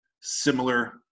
similar